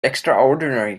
extraordinary